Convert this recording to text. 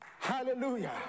Hallelujah